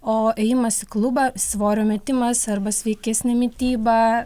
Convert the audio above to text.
o ėjimas į klubą svorio metimas arba sveikesnė mityba